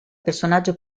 personaggio